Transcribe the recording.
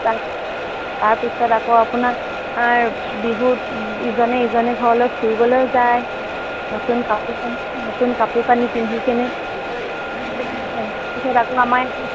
তাৰ তাৰ পিছত আকৌ আপোনাৰ বিহুত ইজনে সিজনৰ ঘৰলৈ ফুৰিবলৈও যায় নতুন কাপোৰ নতুন কাপোৰ কানি পিন্ধি কিনে তাৰ পিছত আকৌ আমাৰ